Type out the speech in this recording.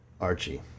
Archie